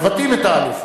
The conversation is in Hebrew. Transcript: מבטאים את האליף?